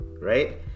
right